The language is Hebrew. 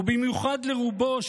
ובמיוחד לרובו,